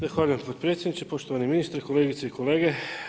Zahvaljujem potpredsjedniče, poštovani ministre, kolegice i kolege.